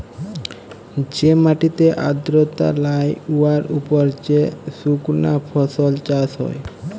যে মাটিতে আর্দ্রতা লাই উয়ার উপর যে সুকনা ফসল চাষ হ্যয়